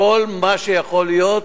כל מה שיכול להיות,